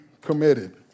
committed